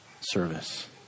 service